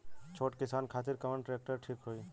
छोट किसान खातिर कवन ट्रेक्टर ठीक होई?